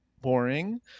boring